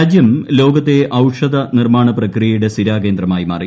രാജ്യം ലോകത്തെ ഔഷധ നിർമ്മാണ പ്രക്രിയയുടെ സിരാ കേന്ദ്രമായി മാറി